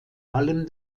allem